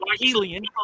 alien